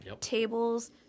Tables